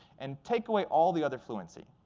and take away all the other fluency.